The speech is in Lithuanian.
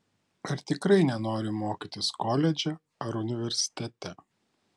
ar tikrai nenori mokytis koledže ar universitete